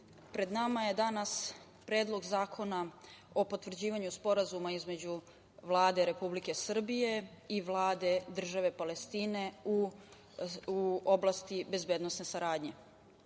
pred nama je danas Predlog zakona o potvrđivanju Sporazuma između Vlade Republike Srbije i Vlade Države Palestine u oblasti bezbednosne saradnje.U